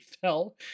fell